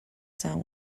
son